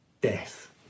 death